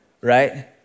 right